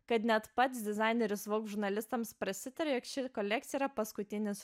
kad net pats dizaineris vogue žurnalistams prasitarė jog ši kolekcija yra paskutinis